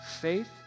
Faith